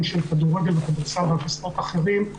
של כדורגל וכדורסל וענפי ספורט אחרים,